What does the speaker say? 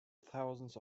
thousands